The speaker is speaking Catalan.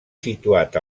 situat